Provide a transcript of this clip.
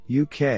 UK